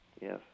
Yes